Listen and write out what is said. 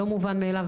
לא מובן מאליו,